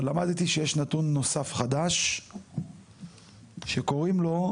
אבל למדתי שיש נתון נוסף חדש שקוראים לו,